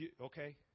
Okay